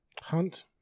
Hunt